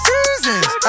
Seasons